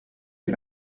que